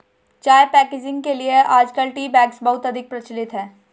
चाय पैकेजिंग के लिए आजकल टी बैग्स बहुत अधिक प्रचलित है